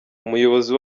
umuyobozi